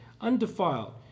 undefiled